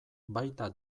baita